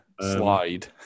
slide